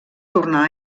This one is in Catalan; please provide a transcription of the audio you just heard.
tornar